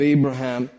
Abraham